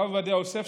הרב עובדיה יוסף,